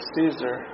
Caesar